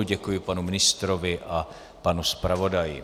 Děkuji panu ministrovi a panu zpravodaji.